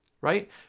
right